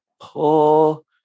pull